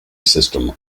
system